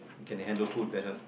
you can handle food better